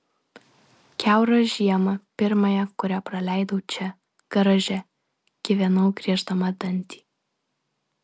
kiaurą žiemą pirmąją kurią praleidau čia garaže gyvenau grieždama dantį